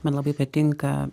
man labai patinka